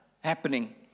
happening